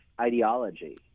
ideology